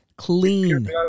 clean